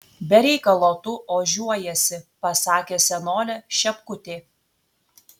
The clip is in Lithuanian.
be reikalo tu ožiuojiesi pasakė senolė šepkutė